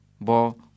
Bo